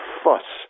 fuss